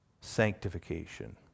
sanctification